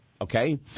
Okay